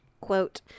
quote